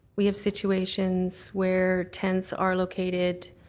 we have situations where tents are located